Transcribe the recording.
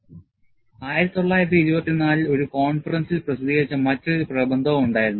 1924 ൽ ഒരു കോൺഫറൻസിൽ പ്രസിദ്ധീകരിച്ച മറ്റൊരു പ്രബന്ധവും ഉണ്ടായിരുന്നു